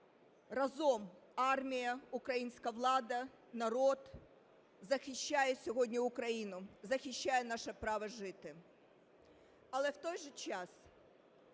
разом армія, українська влада, народ, захищає сьогодні Україну, захищає наше право жити. Але в той же час,